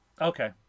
Okay